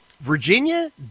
Virginia